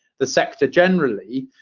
the sector generally,